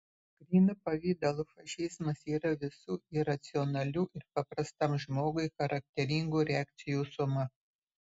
grynu pavidalu fašizmas yra visų iracionalių ir paprastam žmogui charakteringų reakcijų suma